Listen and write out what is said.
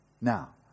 Now